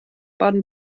baden